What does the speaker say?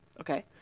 Okay